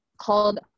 called